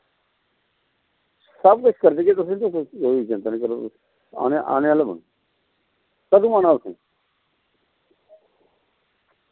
सब किश कर देगे तुसें तुस ओह्दी चिंता निं करो तुस आने आने आह्ले बनो कदूं आना तुसें